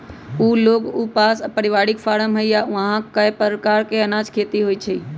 उ लोग के पास परिवारिक फारम हई आ ऊहा कए परकार अनाज के खेती होई छई